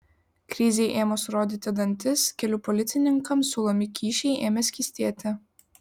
krizei ėmus rodyti dantis kelių policininkams siūlomi kyšiai ėmė skystėti